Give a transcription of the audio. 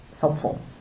helpful